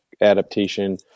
adaptation